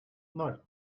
ноль